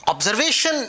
Observation